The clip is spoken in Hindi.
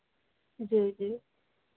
जी जी